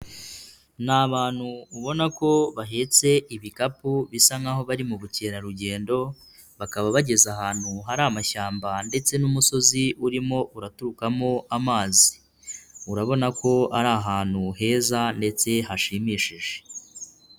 Ni abantu ubona ko bahetse ibikapu bisa nkaho bari mu bukerarugendo, bakaba bageze ahantu hari amashyamba ndetse n'umusozi urimo uraturukamo amazi. Urabona ko ari ahantu heza ndetse hashimishije.